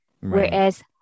whereas